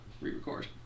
re-record